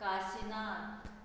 Kashinath